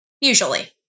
usually